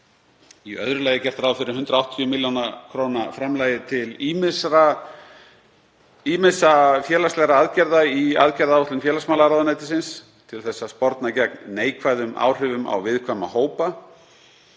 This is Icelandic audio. Í öðru lagi er gert ráð fyrir 180 millj. kr. til ýmissa félagslegra aðgerða í aðgerðaáætlun félagsmálaráðuneytisins til þess að sporna gegn neikvæðum áhrifum á viðkvæma hópa.